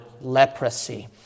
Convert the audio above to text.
leprosy